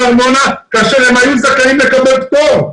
ארנונה כאשר הם היו זכאים לקבל פטור.